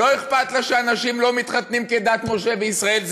לא אכפת לה שאנשים לא מתחתנים כדת משה וישראל,